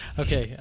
okay